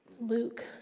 Luke